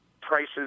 prices